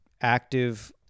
active